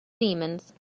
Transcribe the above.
demons